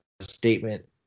statement